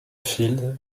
fils